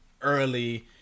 early